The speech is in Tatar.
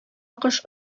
кош